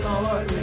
Lord